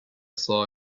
saw